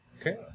Okay